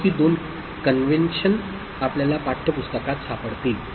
तर ही दोन कन्व्हेन्शन आपल्याला पाठ्य पुस्तकात सापडतील